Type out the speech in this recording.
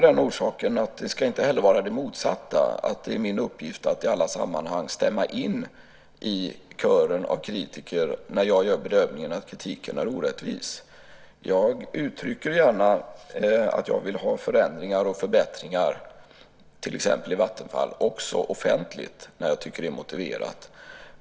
Det ska inte heller vara det motsatta, att det är min uppgift att i alla sammanhang stämma in i kören av kritiker när jag gör bedömningen att kritiken är orättvis. Jag uttrycker gärna att jag vill ha förändringar och förbättringar, till exempel i Vattenfall, också offentligt när jag tycker att det är motiverat.